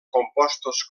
compostos